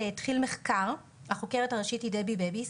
התחיל מחקר שהחוקרת הראשית בו היא דבי בביס,